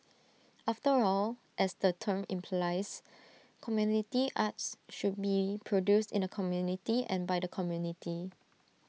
after all as the term implies community arts should be produced in the community and by the community